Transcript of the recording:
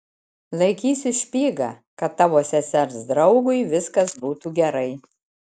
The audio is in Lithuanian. laikysiu špygą kad tavo sesers draugui viskas būtų gerai